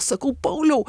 sakau pauliau